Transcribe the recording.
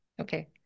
Okay